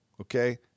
okay